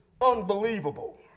unbelievable